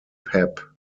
pep